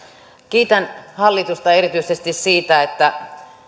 kiitän hallitusta erityisesti siitä että